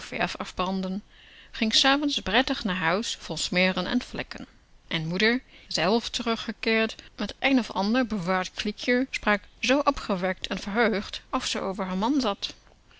afbranden ging s avonds prettig naar huis vol smeren en vlekken en moeder zelf terugkeerend met t een of ander bewaard kliekje sprak zoo opgewekt en verheugd of ze over r man zat